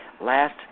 last